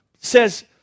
Says